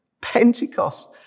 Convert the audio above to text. Pentecost